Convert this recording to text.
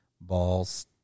balls